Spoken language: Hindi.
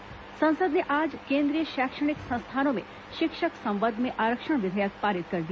शिक्षा विधेयक संसद ने आज केंद्रीय शैक्षणिक संस्थानों में शिक्षक संवर्ग में आरक्षण विधेयक पारित कर दिया